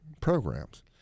programs